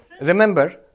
Remember